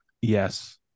Yes